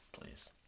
Please